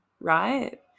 right